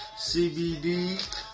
CBD